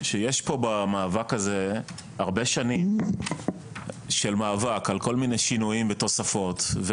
יש פה במאבק הזה הרבה שנים של מאבק על כל מיני שינויים ותוספות.